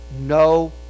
no